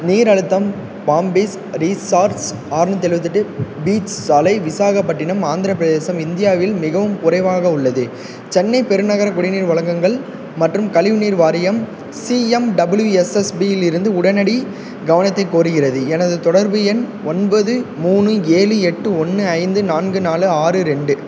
நீர் அழுத்தம் palm beach resorts ஆற்நூற்றி எழுவத்தெட்டு பீச் சாலை விசாகப்பட்டினம் ஆந்திரப் பிரதேசம் இந்தியாவில் மிகவும் குறைவாக உள்ளது சென்னை பெருநகர குடிநீர் வழங்கங்கள் மற்றும் கழிவுநீர் வாரியம் சிஎம்டபிள்யூஎஸ்எஸ்பி இலிருந்து உடனடி கவனத்தை கோருகிறது எனது தொடர்பு எண் ஒன்பது மூணு ஏழு எட்டு ஒன்று ஐந்து நான்கு நாலு ஆறு ரெண்டு